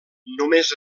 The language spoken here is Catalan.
només